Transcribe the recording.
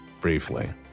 briefly